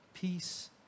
Peace